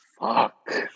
Fuck